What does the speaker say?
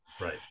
Right